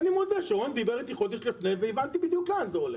אני מודה שרון דיבר איתי חודש לפני והבנתי בדיוק לאן זה הולך,